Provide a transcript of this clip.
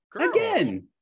again